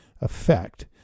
effect